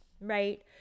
right